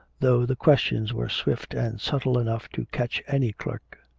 though the questions were swift and subtle enough to catch any clerk.